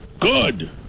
Good